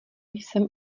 jsem